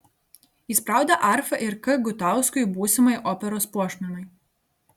įspraudė arfą ir k gutauskui būsimajai operos puošmenai